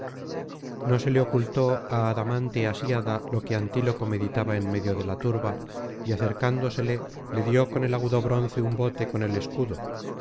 no se le ocultó á adamante asíada lo que antíloco meditaba en medio de la turba y acercándosele le dio con el agudo bronce un bote con el escudo